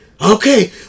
Okay